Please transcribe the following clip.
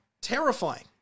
terrifying